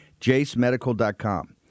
JaceMedical.com